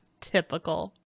typical